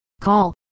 Call